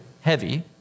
Heavy